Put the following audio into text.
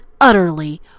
utterly